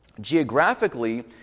geographically